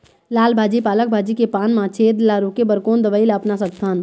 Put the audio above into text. लाल भाजी पालक भाजी के पान मा छेद ला रोके बर कोन दवई ला अपना सकथन?